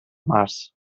març